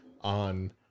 on